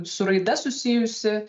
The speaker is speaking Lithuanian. su raida susijusi